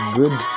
good